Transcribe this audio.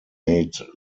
made